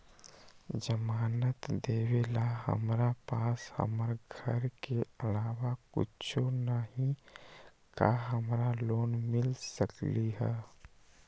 जमानत देवेला हमरा पास हमर घर के अलावा कुछो न ही का हमरा लोन मिल सकई ह?